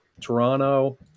Toronto